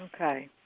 Okay